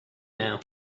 now